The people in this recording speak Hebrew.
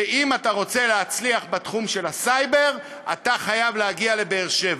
שאם אתה רוצה להצליח בתחום של הסייבר אתה חייב להגיע לבאר-שבע.